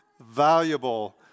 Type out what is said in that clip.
valuable